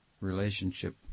relationship